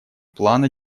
плана